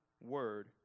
word